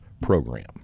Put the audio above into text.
program